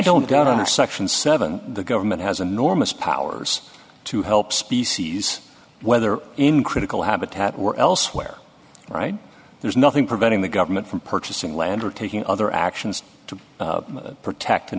don't got a section seven the government has enormous powers to help species whether in critical habitat we're elsewhere right there's nothing preventing the government from purchasing land or taking other actions to protect